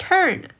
Turn